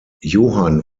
johann